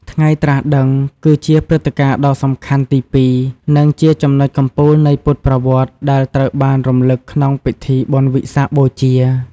ថ្ងៃត្រាស់ដឹង គឺជាព្រឹត្តិការណ៍ដ៏សំខាន់ទីពីរ និងជាចំណុចកំពូលនៃពុទ្ធប្រវត្តិ ដែលត្រូវបានរំលឹកក្នុងពិធីបុណ្យវិសាខបូជា។